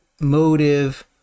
motive